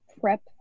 prep